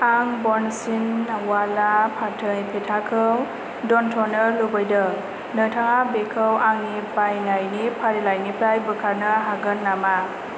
आं बन्सिवाला फाथै फेथाखौ दोनथ'नो लुबैदों नोंथाङा बेखौ आंनि बायनायनि फारिलाइनिफ्राय बोखारनो हागोन नामा